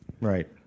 Right